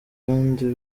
kandi